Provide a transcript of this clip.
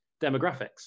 demographics